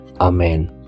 Amen